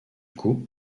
coup